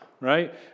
right